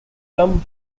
plum